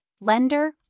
lender